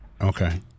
Okay